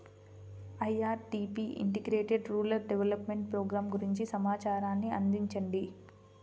IRDP integrated rural development program గురించి సమాచారాన్ని అందించండి?